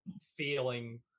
feeling